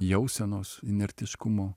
jausenos inertiškumo